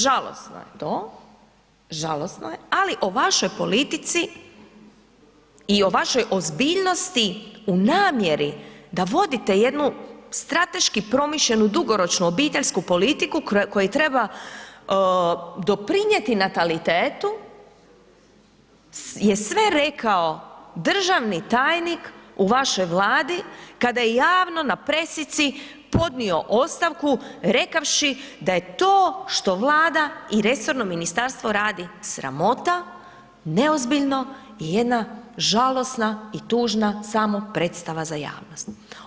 Žalosno je to, žalosno je, ali o vašoj politici i o vašoj ozbiljnosti u namjeri da vodite jednu strateški promišljenu dugoročnu obiteljsku politiku koja treba doprinjeti natalitetu je sve rekao državni tajnik u vašoj Vladi kada je javno na presici podnio ostavku rekavši da je to što Vlada i resorno ministarstvo radi sramota, neozbiljno i jedna žalosna i tužna samo predstava za javnost.